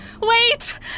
Wait